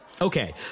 Okay